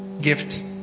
gift